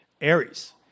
Aries